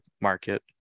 market